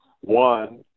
One